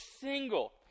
single